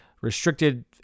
restricted